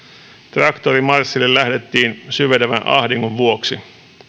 traktorimarssille lähdettiin syvenevän ahdingon vuoksi